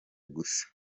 gusa